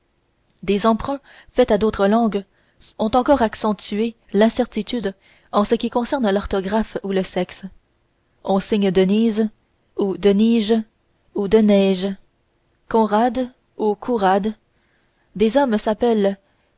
des emprunts faits à d'autres langues ont encore accentué l'incertitude en ce qui concerne l'orthographe ou le sexe on signe denise ou denije ou deneije conrad ou conrade des hommes s'appellent